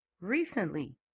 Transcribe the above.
recently